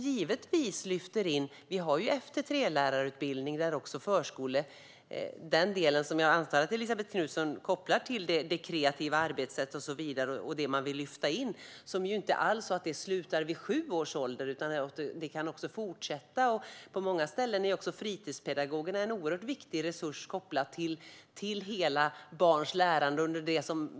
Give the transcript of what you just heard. Det finns ju F-3-lärarutbildning där det som jag antar att Elisabet Knutsson kopplar till ingår i det kreativa arbetssättet. Det ska ju inte sluta vid sju års ålder. På många ställen är dessutom fritidspedagogerna en oerhört viktig resurs kopplat till barns hela lärande.